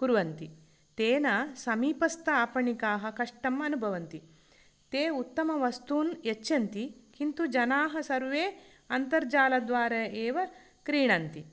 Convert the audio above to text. कुर्वन्ति तेन समीपस्थ आपणिकाः कष्टम् अनुभवन्ति ते उत्तमवस्तूनि यच्छन्ति किन्तु जनाः सर्वे अन्तर्जालद्वारा एव क्रीणन्ति